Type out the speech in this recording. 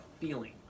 feeling